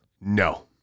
No